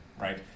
right